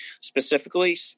Specifically